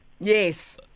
Yes